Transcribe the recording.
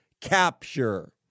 capture